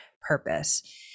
purpose